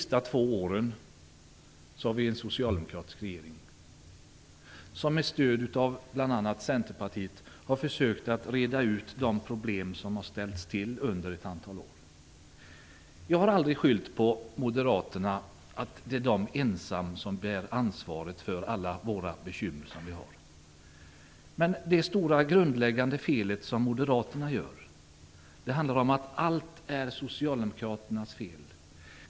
Under de två senaste åren har vi haft en socialdemokratisk regering som med stöd av bl.a. Centerpartiet har försökt reda ut de problem som ställts till under ett antal år. Jag har aldrig skyllt på Moderaterna och sagt att det är de som ensamma bär ansvaret för alla de bekymmer som vi har. Men det stora, grundläggande felet som Moderaterna gör är att hävda att allt är Socialdemokraternas fel.